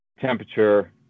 temperature